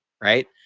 right